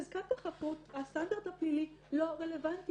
חזקת החפות הסטנדרט הפלילי לא רלוונטי